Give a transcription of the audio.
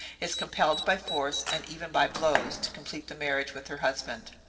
is compelled by force, and even by blows, to complete the marriage with her husband.